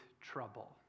trouble